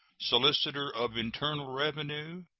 solicitor of internal revenue,